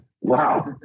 Wow